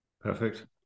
perfect